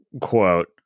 quote